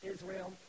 Israel